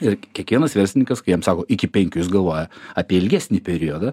ir kiekvienas verslininkas kai jam sako iki penkių jis galvoja apie ilgesnį periodą